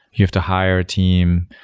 you have to hire a team.